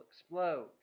explode